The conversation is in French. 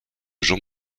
jean